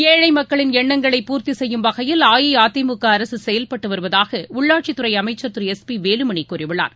ஏழைமக்களின் எண்ணங்களை பூர்த்திசெய்யும் வகையில் அஇஅதிமுகஅரசுசெயல்பட்டுவருவதாகஉள்ளாட்சித்துறைஅமைச்சர் திரு எஸ் பிவேலுமணிகூறியுள்ளார்